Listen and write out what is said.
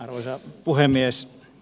arvoisa puhemies